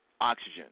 oxygen